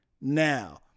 now